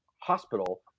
hospital